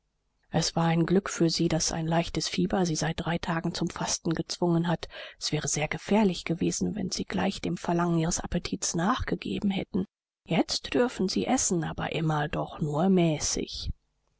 es war ein glück für sie daß ein leichtes fieber sie seit drei tagen zum fasten gezwungen hat es wäre sehr gefährlich gewesen wenn sie gleich dem verlangen ihres appetits nachgegeben hätten jetzt dürfen sie essen aber immer doch nur mäßig